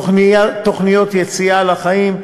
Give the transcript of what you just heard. תוכניות יציאה לחיים,